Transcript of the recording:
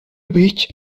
beach